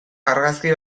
argazki